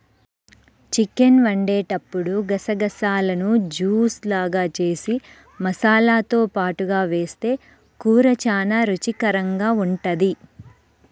chicken వండేటప్పుడు గసగసాలను juice లాగా జేసి మసాలాతో పాటుగా వేస్తె కూర చానా రుచికరంగా ఉంటది